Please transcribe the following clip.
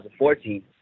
2014